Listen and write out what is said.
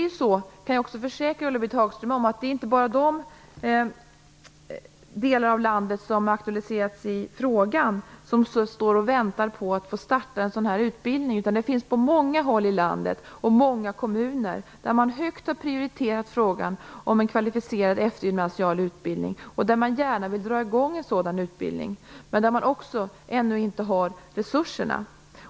Jag kan också försäkra Ulla-Britt Hagström att det inte bara är de delar av landet som aktualiserats i frågan som står och väntar på att få starta en sådan utbildning, utan det gäller på många håll i landet och i många kommuner där man har prioriterat frågan om en eftergymnasial utbildning högt och där man gärna vill dra i gång en sådan utbildning, men där man ännu inte har resurserna.